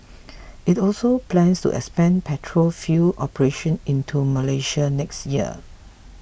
it also plans to expand petrol fuel operations into Malaysia next year